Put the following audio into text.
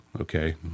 Okay